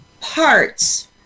parts